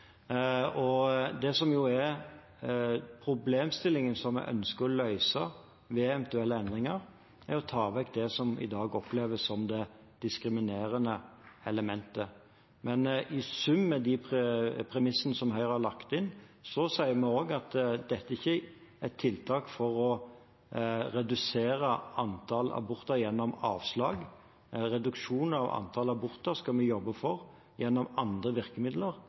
Problemstillingen vi ønsker å løse ved eventuelle endringer, er å ta vekk det som i dag oppleves som et diskriminerende element. Men i sum, med de premissene Høyre har lagt inn, sier vi at dette ikke er et tiltak for å redusere antall aborter gjennom avslag. En reduksjon av antall aborter skal vi jobbe for gjennom andre virkemidler,